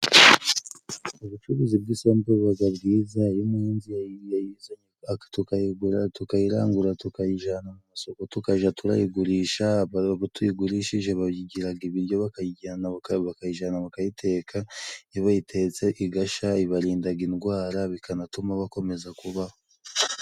Ubucuruzi bw'isombe bubaga bwiza. Iyo umuhinzi yayizanye, tukayigura, tukayirangura, tukayijana ku isoko tukaja turayigurisha, abo tuyigurishije bayigiraga ibiryo, bakayijana bakayiteka, iyo bayitetse igashya ibarindaga indwara, bikanatuma bakomeza kubaho.